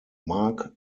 mark